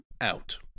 out